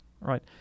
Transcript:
right